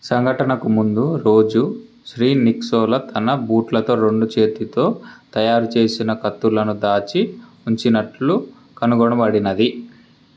సంఘటనకు ముందు రోజు శ్రీ నిక్సొలక్ తన బూట్లతో రెండు చేతితో తయారు చేసిన కత్తులను దాచి ఉంచినట్లు కనుగొనబడినది